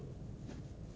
can be done ah